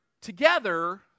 together